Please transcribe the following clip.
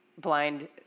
blind